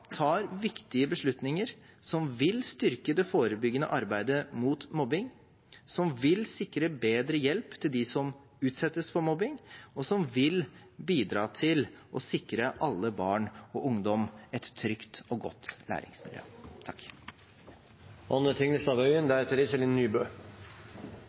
tar viktige beslutninger som vil styrke det forebyggende arbeidet mot mobbing, som vil sikre bedre hjelp til dem som utsettes for mobbing, og som vil bidra til å sikre alle barn og ungdom et trygt og godt læringsmiljø.